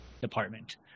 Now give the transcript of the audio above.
Department